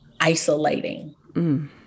isolating